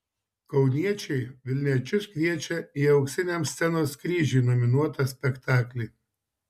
kauniečiai vilniečius kviečia į auksiniam scenos kryžiui nominuotą spektaklį